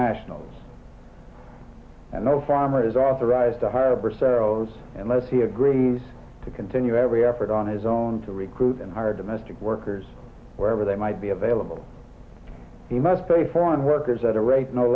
nationals and the farmer is authorized to hire percent hours unless he agrees to continue every effort on his own to recruit and hire domestic workers wherever they might be available he must pay foreign workers at a rate no